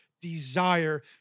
desire